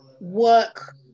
work